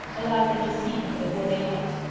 allowed them to see him before they met.